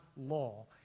law